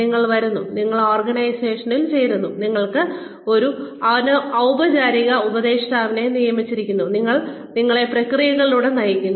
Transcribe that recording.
നിങ്ങൾ വരുന്നു നിങ്ങൾ ഓർഗനൈസേഷനിൽ ചേരുന്നു നിങ്ങൾക്ക് ഒരു ഔപചാരിക ഉപദേഷ്ടാവിനെ നിയമിച്ചിരിക്കുന്നു അവർ നിങ്ങളെ പ്രക്രിയകളിലൂടെ നയിക്കുന്നു